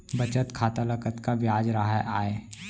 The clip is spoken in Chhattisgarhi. बचत खाता ल कतका ब्याज राहय आय?